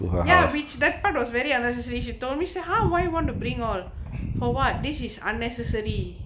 ya which that part was very unnecessary he told me sir how why you want to bring all for what this is unnecessary